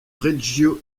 reggio